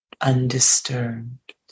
undisturbed